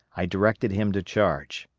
i directed him to charge.